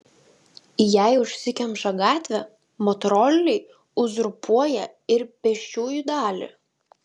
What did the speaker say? jei užsikemša gatvė motoroleriai uzurpuoja ir pėsčiųjų dalį